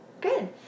Good